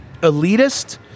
elitist